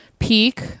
Peak